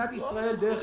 מדינת ישראל דרך